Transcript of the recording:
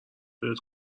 بهت